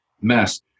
mess